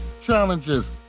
Challenges